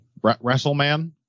Wrestleman